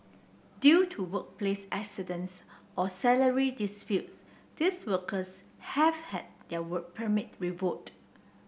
due to workplace accidents or salary disputes these workers have had their Work Permit revoked